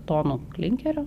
tonų klinkerio